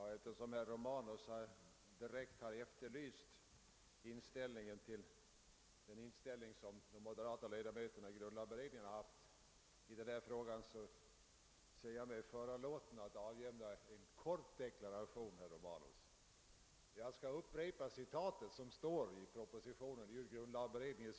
Herr talman! Eftersom herr Romanus direkt efterlyst de moderata ledamöternas i grundlagberedningen inställning i denna fråga ser jag mig föranlåten att avge en kort deklaration. Jag skall upprepa citatet ur grundlagberedningens yttrande i propositionen.